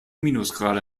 minusgrade